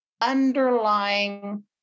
underlying